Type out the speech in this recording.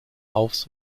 aufs